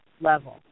level